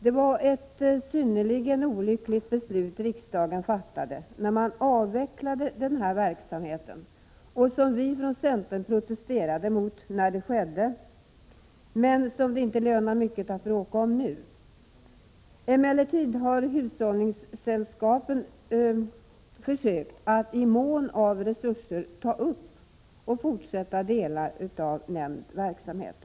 Det var synnerligen olyckligt att riksdagen fattade beslut om att avveckla denna verksamhet. Från centern protesterade vi när beslutet fattades, men det lönar sig inte mycket att bråka om detta nu. Emellertid har hushållningssällskapen försökt att i mån av resurser ta upp och fortsätta delar av denna verksamhet.